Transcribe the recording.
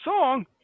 song